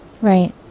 Right